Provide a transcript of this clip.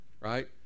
right